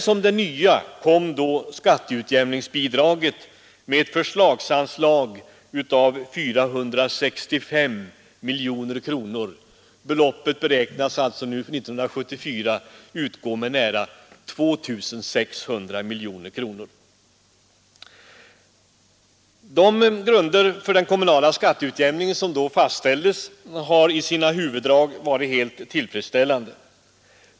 Som en nyhet tillkom skatteutjämningsbidraget i form av ett förslagsanslag på 465 miljoner kronor. Beloppet beräknas alltså nu för 1974 utgå med nära 2 600 miljoner kronor! De grunder för den kommunala skatteutjämningen som då fastställdes har i sina huvuddrag varit tillfredsställande.